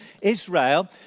Israel